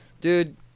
Dude